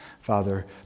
Father